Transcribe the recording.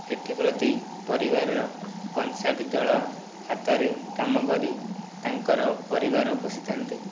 ଏଠି ପ୍ରତି ପରିବାରର କଂସା ପିତ୍ତଳ ହାତରେ କାମ କରି ତାଙ୍କର ପରିବାର ପୋଷିଥାନ୍ତି